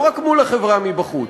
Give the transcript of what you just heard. לא רק מול החברה מבחוץ.